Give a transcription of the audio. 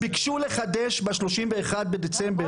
ביקשו לחדש ב-31 בדצמבר.